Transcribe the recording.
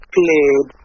played